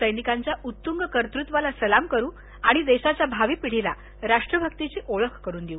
सैनिकांच्या उत्तंग कर्तत्वाला सलाम करू आणि देशाच्या भावी पिढीला राष्ट्रभक्तीची ओळख करून देऊ